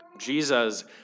Jesus